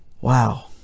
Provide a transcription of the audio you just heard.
wow